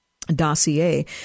dossier